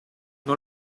non